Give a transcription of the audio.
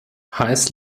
heiß